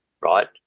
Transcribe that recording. Right